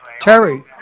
Terry